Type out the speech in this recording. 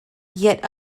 yet